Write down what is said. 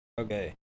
Okay